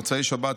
מוצאי שבת,